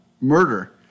murder